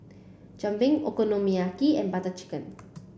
Jalebi Okonomiyaki and Butter Chicken